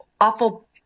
awful